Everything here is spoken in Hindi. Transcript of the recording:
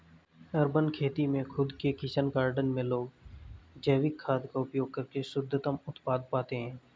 अर्बन खेती में खुद के किचन गार्डन में लोग जैविक खाद का उपयोग करके शुद्धतम उत्पाद पाते हैं